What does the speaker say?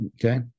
Okay